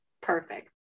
perfect